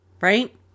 Right